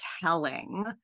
telling